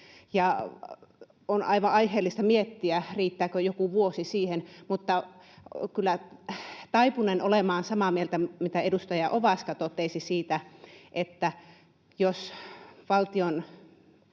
On aivan aiheellista miettiä, riittääkö joku vuosi siihen, mutta taipunen kyllä olemaan samaa mieltä, mitä edustaja Ovaska totesi siitä, että jos valtion